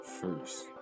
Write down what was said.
First